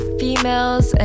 females